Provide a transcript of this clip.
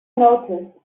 noticed